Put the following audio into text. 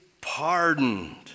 pardoned